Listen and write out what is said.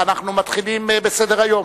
אנחנו מתחילים בסדר-היום,